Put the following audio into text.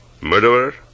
Murderer